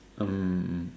um